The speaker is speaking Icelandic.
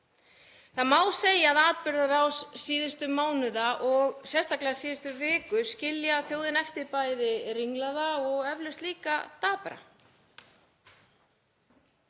Það má segja að atburðarás síðustu mánaða og sérstaklega síðustu viku skilji þjóðina eftir bæði ringlaða og eflaust líka dapra.